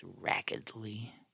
raggedly